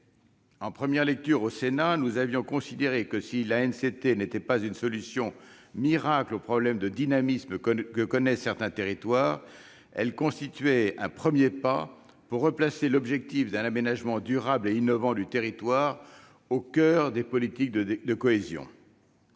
En première lecture au Sénat, nous avions considéré que si la création de l'ANCT n'était pas une solution miracle au manque de dynamisme que connaissent certains territoires, elle constituait un premier pas pour replacer l'objectif d'un aménagement durable et innovant du territoire au coeur des politiques de cohésion.